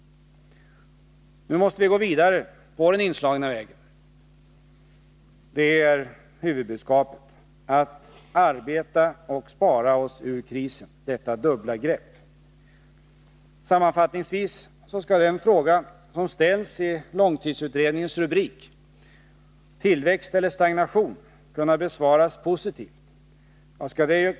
Vi måste nu gå vidare på den inslagna vägen. Det är huvudbudskapet, dvs. att arbeta och spara oss ut ur krisen — detta dubbla grepp. Sammanfattningsvis skall den fråga som ställs i långtidsutredningens rubrik ”Tillväxt eller stagnation?” kunna besvaras positivt.